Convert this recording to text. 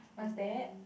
what's that